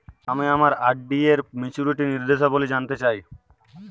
আমি আমার আর.ডি এর মাচুরিটি নির্দেশাবলী জানতে চাই